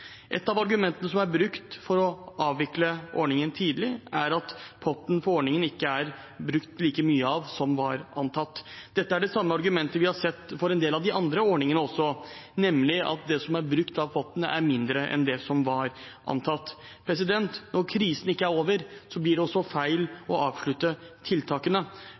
Et av argumentene som er brukt for å avvikle ordningen tidlig, er at potten for ordningen ikke er brukt like mye som det var antatt. Det var det samme argumentet vi har sett for en del av de andre ordningene også, nemlig at det som er brukt av potten, er mindre enn det som var antatt. Når krisen ikke er over, blir det også feil å avslutte tiltakene.